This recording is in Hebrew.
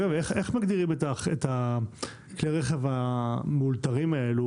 איך מגדירים את כלי הרכב המאולתרים האלו